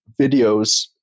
videos